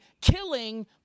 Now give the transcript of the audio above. killing